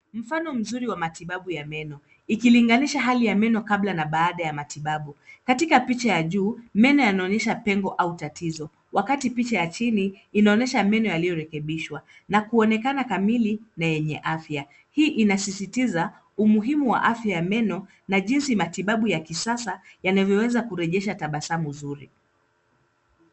Mfano mzuri wa matibabu ya meno unaoonyesha linganisho la hali ya meno kabla na baada ya matibabu. Katika picha ya juu, meno yanaonyesha pengo au tatizo, ilhali katika picha ya chini yanaonekana yame rekebishwa, yakiwa kamili na yenye afya. Hii inasisitiza umuhimu wa afya ya meno na jinsi matibabu ya kisasa yanaweza kurejesha tabasamu zuri.